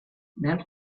nel